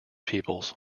peoples